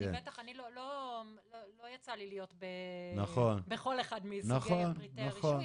אני לא יצא לי להיות בכל אחד מסוגי פרטי הרישוי,